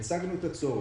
הצגנו את הצורך.